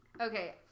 Okay